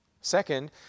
Second